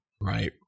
Right